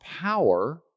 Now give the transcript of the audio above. power